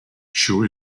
sure